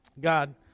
God